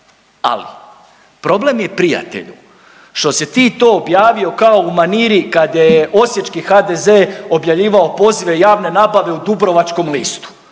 ali problem je prijatelju što si ti to objavio kao u maniri kada je osječki HDZ objavljivao pozive javne nabave u Dubrovačkom listu